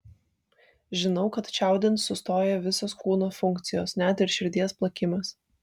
žinau kad čiaudint sustoja visos kūno funkcijos net ir širdies plakimas